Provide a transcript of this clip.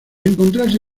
encontrarse